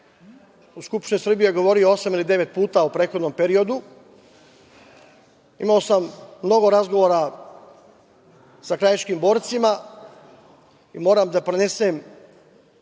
u Skupštini Srbije osam ili devet puta u prethodnom periodu. Imao sam mnogo razgovora sa krajiškim borcima i moram da prenesem